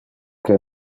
que